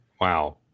Wow